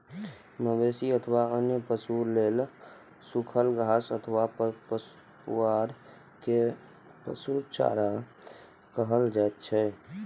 मवेशी अथवा अन्य पशु लेल सूखल घास अथवा पुआर कें पशु चारा कहल जाइ छै